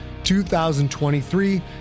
2023